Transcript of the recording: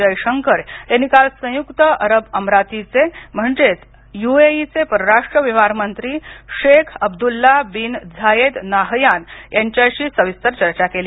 जयशंकर यांनी काल संयुक्त अरब अमिरातीचे म्हणजेच युएईचे परराष्ट्र व्यवहार मंत्री Sheikh Abdullah bin Zayed Nahyan यांच्याशी सविस्तर चर्चा केली